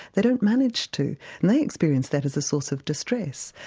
they don't manage to and they experience that as a source of distress.